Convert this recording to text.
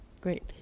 great